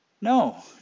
No